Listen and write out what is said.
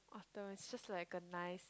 those it is like a nice